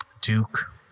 Duke